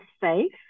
safe